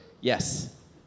yes